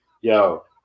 yo